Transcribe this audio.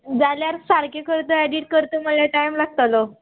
जाल्यार सारके करता एडीट करता म्हळ्ळ्या टायम लागतलो